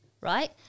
right